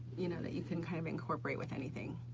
you know, that you can kind of incorporate with anything.